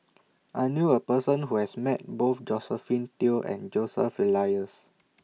I knew A Person Who has Met Both Josephine Teo and Joseph Elias